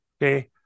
Okay